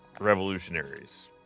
revolutionaries